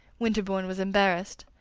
winterbourne was embarrassed.